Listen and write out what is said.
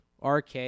RK